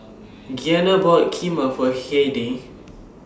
Giana bought Kheema For Heidy